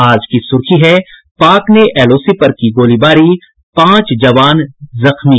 आज की सुर्खी है पाक ने एलओसी पर की गोलीबारी पांच जवान जख्मी